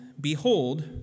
behold